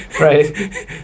Right